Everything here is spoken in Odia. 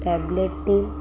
ଟ୍ୟାବ୍ଲେଟ୍ଟି